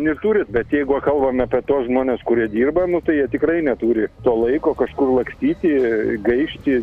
neturi bet jeigu kalbam apie tuos žmones kurie dirba matai jie tikrai neturi to laiko kažkur lakstyti gaišti